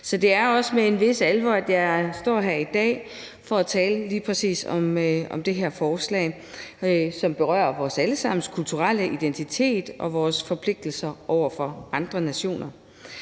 Så det er også med en vis alvor, at jeg står her i dag for at tale lige præcis om det her forslag, som berører vores alle sammens kulturelle identitet og vores forpligtelser over for andre nationer.